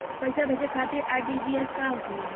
पैसा भेजे खातिर आर.टी.जी.एस का होखेला?